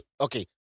Okay